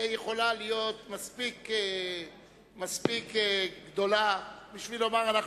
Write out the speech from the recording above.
יכולה להיות מספיק גדולה בשביל לומר: אנחנו